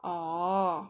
oh